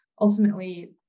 ultimately